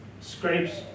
scrapes